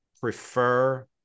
prefer